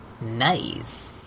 nice